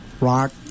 rock